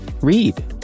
Read